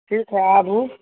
ठीक हइ आबू